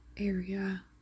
area